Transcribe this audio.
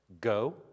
go